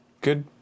Good